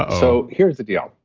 so, here's the deal.